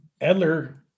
Edler